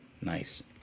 Nice